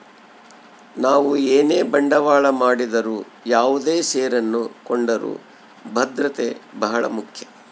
ನಾವು ಏನೇ ಬಂಡವಾಳ ಮಾಡಿದರು ಯಾವುದೇ ಷೇರನ್ನು ಕೊಂಡರೂ ಭದ್ರತೆ ಬಹಳ ಮುಖ್ಯ